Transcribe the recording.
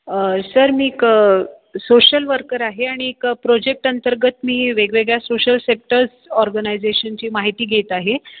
sir मी एक social worker आहे आणि एक प्रोजेक्ट अंतर्गत मी वेगवेगळ्या सोशल सेक्टर ऑर्गनायझेशनची माहिती घेत आहे